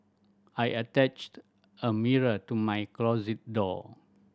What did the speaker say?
I attached a mirror to my closet door